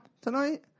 tonight